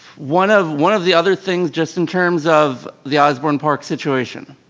one of one of the other things just in terms of the osbourn park situation,